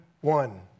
one